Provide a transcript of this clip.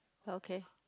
okay